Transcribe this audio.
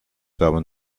wärmen